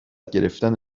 گرفتن